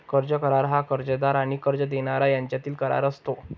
कर्ज करार हा कर्जदार आणि कर्ज देणारा यांच्यातील करार असतो